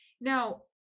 Now